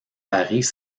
paris